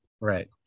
Right